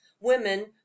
women